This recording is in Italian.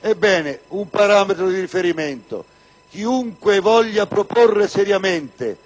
Ebbene, occorre tener presente un parametro di riferimento: chiunque voglia proporre seriamente